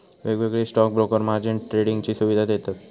वेगवेगळे stock broker margin ट्रेडिंगची सुवीधा देतत